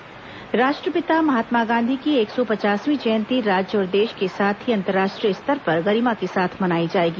गांधी जयंती केंद्रीय सचिव राष्ट्रपिता महात्मा गांधी की एक सौ पचासवीं जयंती राज्य और देश के साथ ही अंतर्राष्ट्रीय स्तर पर गरिमा के साथ मनाई जाएगी